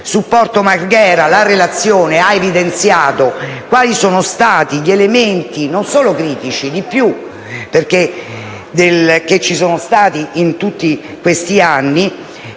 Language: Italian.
Su Porto Marghera la relazione ha evidenziato quali sono stati gli elementi (non solo critici, ma anche di più) verificatisi in tutti questi anni